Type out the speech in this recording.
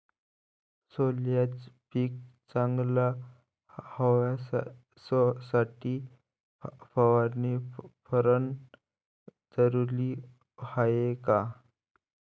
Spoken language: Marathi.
सोल्याचं पिक चांगलं व्हासाठी फवारणी भरनं जरुरी हाये का?